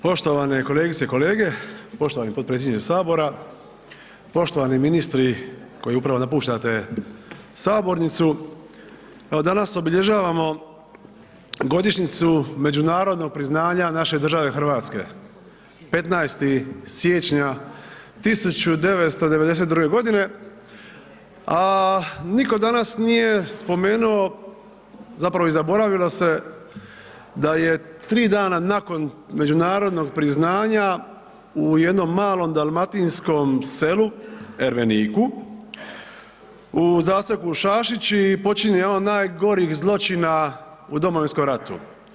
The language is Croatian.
Poštovane kolegice i kolege, poštovani potpredsjedniče sabora, poštovani ministri koji upravo napuštate sabornicu evo danas obilježavamo godišnjicu međunarodnog priznanja naše države Hrvatske 15. siječnja 1992. godine, a nitko danas nije spomenuo zapravo i zaboravilo se da je 3 dana nakon međunarodnog priznanja u jednom malom dalmatinskom selu Erveniku, u zaseoku Šašići počinjen jedan od najgorih zločina u Domovinskom ratu.